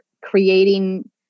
creating